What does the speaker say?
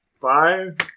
Five